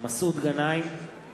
מצביע משה גפני, מצביע